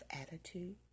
attitude